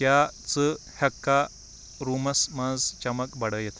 کیٛاہ ژٕ ہٮ۪کٕکھا روٗمس منٛز چمک بَڈٲوِتھ